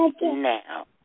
now